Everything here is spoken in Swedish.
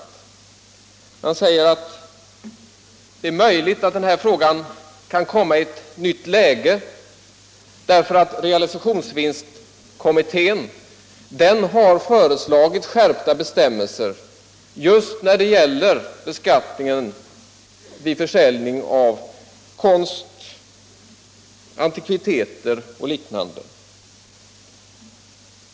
Utskottet säger att det är möjligt att den här frågan kan komma i ett nytt läge därför att realisationsvinstkommittén har föreslagit skärpta bestämmelser just när det gäller beskattningen vid försäljning av konst, antikviteter och liknande.